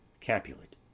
Capulet